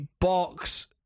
Box